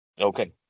Okay